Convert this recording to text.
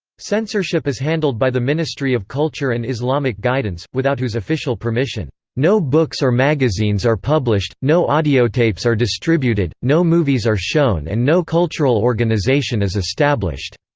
censorship is handled by the ministry of culture and islamic guidance, without whose official permission, no books or magazines are published, no audiotapes are distributed, no movies are shown and no cultural organization is established.